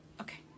Okay